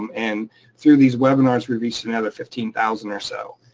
um and through these webinars we've reached another fifteen thousand or so.